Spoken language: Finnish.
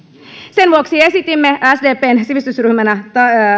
sen vuoksi esitimme sdpn sivistysryhmänä